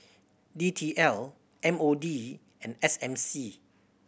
D T L M O D and S M C